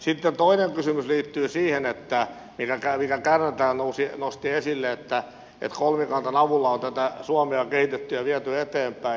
sitten toinen kysymys liittyy siihen minkä kärnä täällä nosti esille että kolmikannan avulla on tätä suomea kehitetty ja viety eteenpäin